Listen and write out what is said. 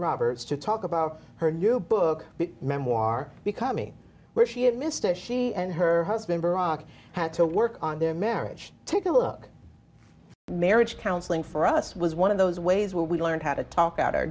roberts to talk about her new book memoir becoming where she had missed it she and her husband brock had to work on their marriage take a look marriage counseling for us was one of those ways where we learned how to talk out our